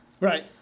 Right